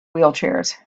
wheelchairs